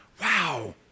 Wow